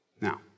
Now